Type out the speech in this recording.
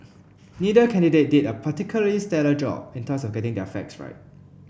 neither candidate did a particularly stellar job in terms of getting their facts right